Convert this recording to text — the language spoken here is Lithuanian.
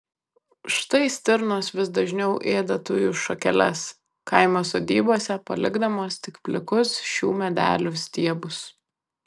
štai stirnos vis dažniau ėda tujų šakeles kaimo sodybose palikdamos tik plikus šių medelių stiebus